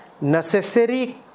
necessary